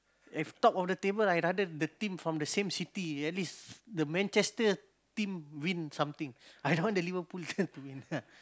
if top of the table I rather the team from the same city at least the Manchester team win something I don't want the Liverpool to win ah